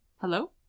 Hello